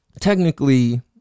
technically